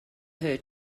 her